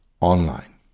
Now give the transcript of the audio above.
online